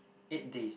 eight days